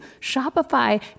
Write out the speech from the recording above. Shopify